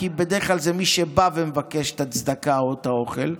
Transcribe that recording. כי בדרך כלל זה מי שבא ומבקש את הצדקה או את האוכל,